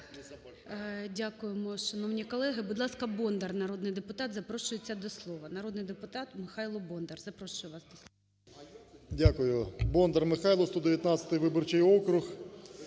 Дякуємо, шановні колеги. Будь ласка, Бондар, народний депутат, запрошується до слова. Народний депутат Михайло Бондар, запрошую вас до слова. 12:45:41 БОНДАР М.Л. Дякую. Бондар Михайло, 119-й виборчий округ,